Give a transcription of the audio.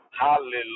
Hallelujah